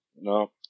No